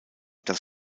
dass